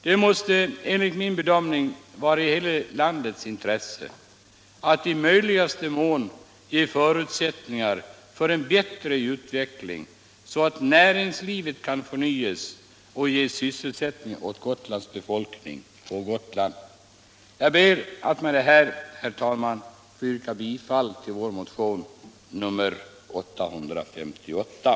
Det måste enligt min bedömning vara i hela landets intresse att i möjligaste mån skapa förutsättningar för en bättre utveckling, så att näringslivet kan förnyas och ge sysselsättning åt Gotlands befolkning på Gotland. Jag ber med detta, herr talman, att få yrka bifall till vår motion nr 858.